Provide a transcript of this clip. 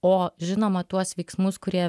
o žinoma tuos veiksmus kurie